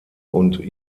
und